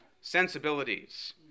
sensibilities